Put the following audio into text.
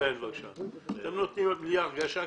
אתם נותנים לי הרגשה,